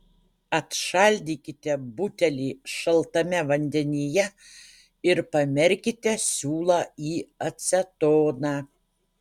atšaldykite butelį šaltame vandenyje ir pamerkite siūlą į acetoną